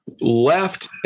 left